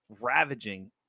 ravaging